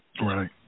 right